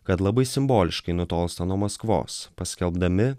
kad labai simboliškai nutolsta nuo maskvos paskelbdami